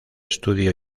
estudio